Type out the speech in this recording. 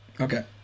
Okay